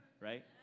right